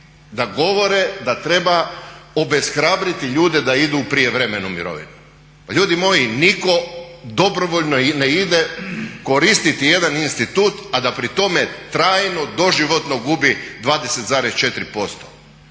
da govore da treba obeshrabriti ljude da idu u prijevremenu mirovinu. Pa ljudi moji nitko dobrovoljno ne ide koristiti jedan institut a da pri tome trajno, doživotno gubi 20,4%.